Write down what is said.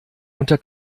unter